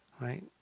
right